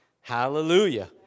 Hallelujah